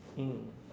mm